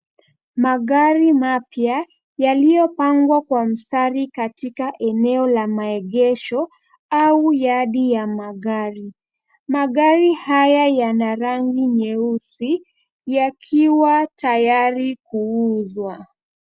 Magari mapya yaliyopangwa kwa mstari katika eneo la maegesho au yadi ya magari. Magari haya yana rangi nyeusi yakiwa tayari kuuzwa.